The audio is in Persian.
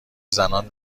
زنان